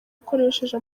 ukoresheje